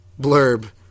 blurb